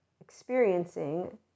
experiencing